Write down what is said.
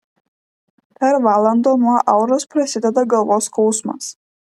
per valandą nuo auros prasideda galvos skausmas